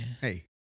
Hey